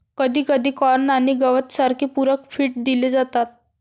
कधीकधी कॉर्न आणि गवत सारखे पूरक फीड दिले जातात